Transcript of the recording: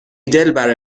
دلبر